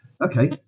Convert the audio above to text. okay